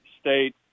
state